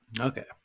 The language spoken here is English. Okay